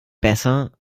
besser